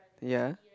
ya